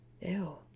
ew